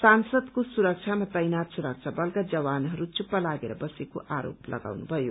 सांसदको सुरक्षामा तैनाथ सुरक्षा बलका जवानहरू चुप लागेर बसेको आरोप लगाउनु भयो